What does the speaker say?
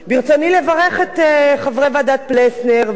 ברצוני לברך את חברי ועדת-פלסנר ואת